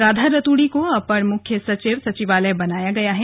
राधा रतुड़ी को अपर मुख्य सचिव सचिवालय बनाया गया है